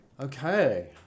okay